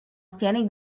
standing